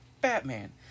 Batman